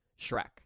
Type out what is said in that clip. Shrek